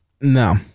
No